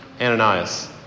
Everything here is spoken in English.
Ananias